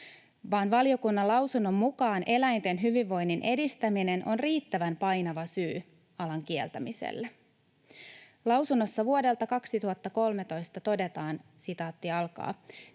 vaan valiokunnan lausunnon mukaan eläinten hyvinvoinnin edistäminen on riittävän painava syy alan kieltämiselle. Lausunnossa vuodelta 2013 todetaan: ”Perustuslaista